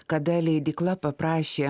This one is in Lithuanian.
kada leidykla paprašė